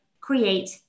Create